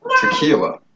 tequila